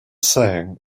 saying